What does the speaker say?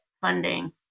funding